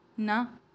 ਨਾ